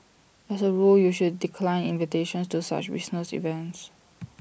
as A rule you should decline invitations to such business events